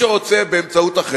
שיעשה באמצעותם.